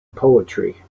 poetry